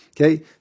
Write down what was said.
okay